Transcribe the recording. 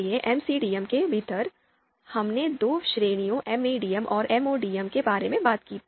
इसलिए MCDM के भीतर हमने दो श्रेणियों MADM और MODM के बारे में बात की